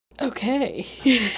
Okay